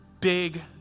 big